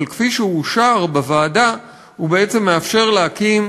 אבל כפי שהוא אושר בוועדה הוא בעצם מאפשר להקים,